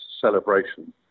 celebration